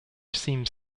seems